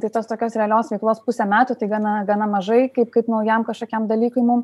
tai tos tokios realios veiklos pusę metų tai gana gana mažai kaip kaip naujam kažkokiam dalykui mum